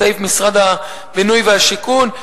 בסעיף משרד הבינוי והשיכון.